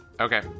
Okay